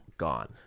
gone